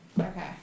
Okay